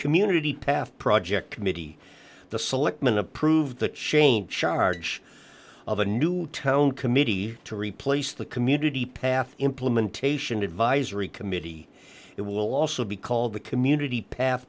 community path project committee the selectmen approved the change charge of a new town committee to replace the community path implementation advisory committee it will also be called the community path